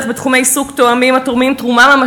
מתוך המקום הזה של להציב את החינוך הציבורי במרכז,